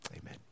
Amen